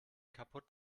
kaputt